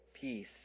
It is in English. Peace